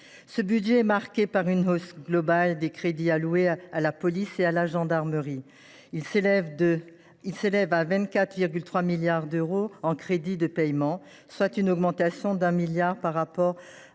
Ce budget est marqué par une hausse globale des crédits alloués à la police et à la gendarmerie. Il s’élève à 24,3 milliards d’euros en crédits de paiement, soit une augmentation de 1 milliard d’euros par rapport